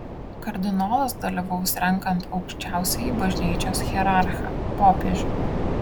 kardinolas dalyvaus renkant aukščiausiąjį bažnyčios hierarchą popiežių